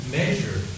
measure